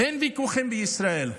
אין ויכוחים בישראל.